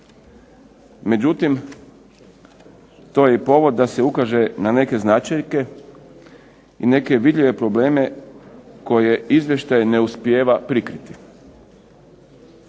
Međutim, to je i povod da se ukaže na neke značajke i neke vidljive probleme koje izvještaj ne uspijeva prikriti.